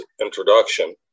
introduction